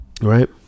right